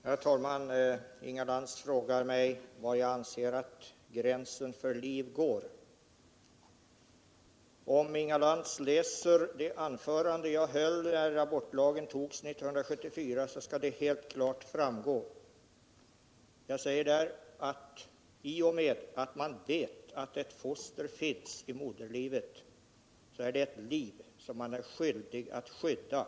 Herr talman! Inga Lantz frågade mig var jag anser att gränsen för liv går. Av det anförande som jag höll när abortlagen togs 1974 framgår detta helt klart. Jag säger där att ioch med att man vet att ett foster finns i moderlivet är det ett liv som man är skyldig att skydda.